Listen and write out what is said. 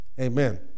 Amen